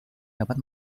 dapat